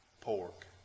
pork